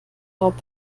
job